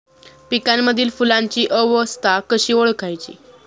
पिकांमधील फुलांची अवस्था कशी ओळखायची?